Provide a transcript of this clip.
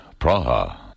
Praha